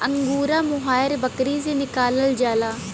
angora mohair बकरी से निकालल जाला